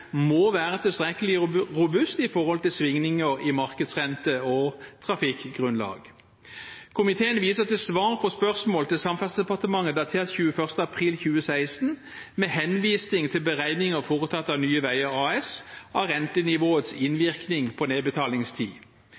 må være tilstrekkelig og robust med tanke på svingninger i markedsrente og trafikkgrunnlag. Komiteen viser til svar på spørsmål til Samferdselsdepartementet i brev datert 21. april 2016, med henvisning til beregninger foretatt av Nye Veier AS av rentenivåets innvirkning på nedbetalingstid.